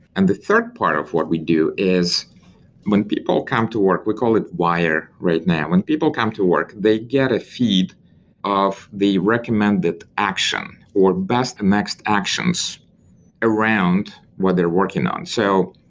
and the third part of what we do is when people come to work, we call it wire right now. when people come to work, they get a feed of the recommended action or best and next actions around what they're working on. so,